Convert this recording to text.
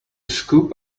scoop